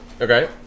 Okay